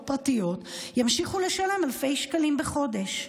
פרטיות ימשיכו לשלם אלפי שקלים בחודש.